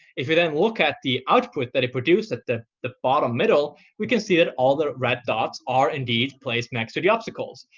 if you then look at the output that it produced at the the bottom middle, we can see that all the red dots are, indeed, placed next to the obstacles.